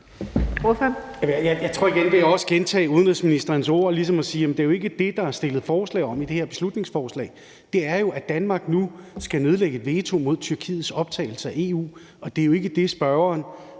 Møller (S): Jeg vil gentage udenrigsministerens ord og sige, at det jo ikke er det, der er fremsat forslag om i det her beslutningsforslag. Det er, at Danmark nu skal nedlægge et veto mod Tyrkiets optagelse i EU. Det er jo ikke det, ordføreren